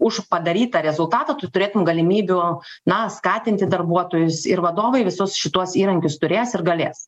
už padarytą rezultatą tu turėtum galimybių na skatinti darbuotojus ir vadovai visus šituos įrankius turės ir galės